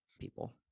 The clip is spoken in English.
people